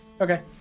Okay